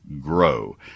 GROW